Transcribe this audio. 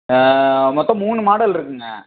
மொத்தம் மூணு மாடல் இருக்குதுங்க